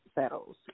settles